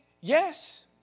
yes